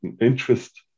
interest